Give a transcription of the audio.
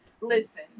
Listen